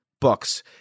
books